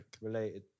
related